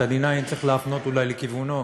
את ה-D9 צריך להפנות אולי לכיוונו,